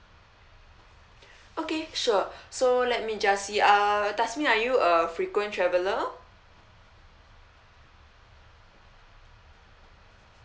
okay sure so let me just see uh dasmine are you a frequent traveller